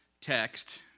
text